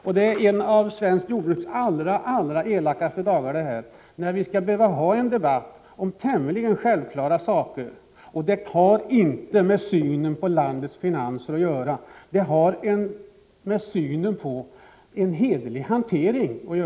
Detta är en av svenskt jordbruks allra elakaste dagar, när vi skall behöva ha en debatt om tämligen självklara saker. Det har inte att göra med synen på landets finanser. Det har att göra med synen på en hederlig hantering.